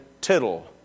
tittle